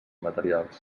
materials